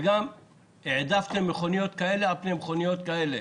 וגם העדפתם מכוניות כאלה על פני מכוניות כאלה.